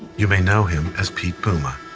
you may know him as pete puma,